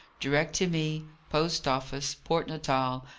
direct to me post-office, port natal,